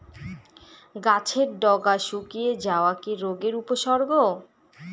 গাছের ডগা শুকিয়ে যাওয়া কি রোগের উপসর্গ?